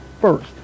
first